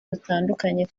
dutandukanye